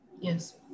Yes